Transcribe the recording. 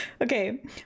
Okay